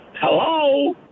hello